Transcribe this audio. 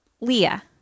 Leah